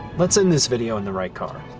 let's end this video in the right car.